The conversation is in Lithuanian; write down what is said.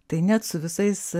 tai net su visais